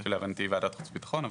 להבנתי, היא ועדת החוץ והביטחון.